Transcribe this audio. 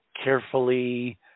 carefully